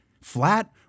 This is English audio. Flat